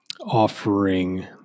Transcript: offering